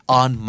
on